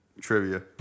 trivia